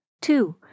Two